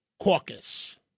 Caucus